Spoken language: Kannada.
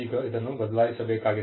ಈಗ ಇದನ್ನು ಬದಲಾಯಿಸಬೇಕಾಗಿದೆ